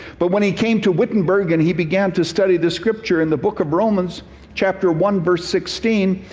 but when he came to wittenberg, and he began to study the scripture in the book of romans chapter one verse sixteen,